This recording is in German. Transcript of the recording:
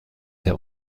der